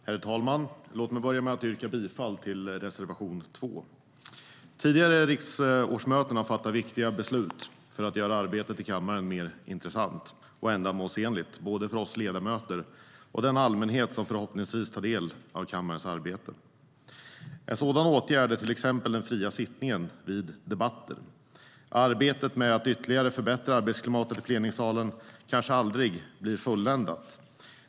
Herr talman! Låt mig börja med att yrka bifall till reservation 2.Arbetet med att ytterligare förbättra arbetsklimatet i plenisalen kanske aldrig blir fulländat.